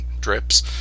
drips